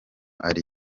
ari